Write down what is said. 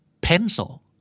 Pencil